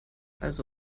also